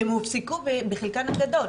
שהן הופסקו בחלקן גדול?